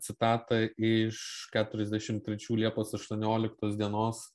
citatą iš keturiasdešim trečių liepos aštuonioliktos dienos